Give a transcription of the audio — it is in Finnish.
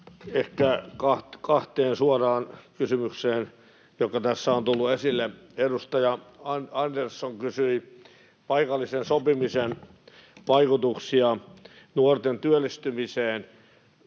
Ehkä kahteen suoraan kysymykseen, jotka tässä ovat tulleet esille: Edustaja Andersson kysyi paikallisen sopimisen vaikutuksista nuorten työllistymiseen.